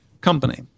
company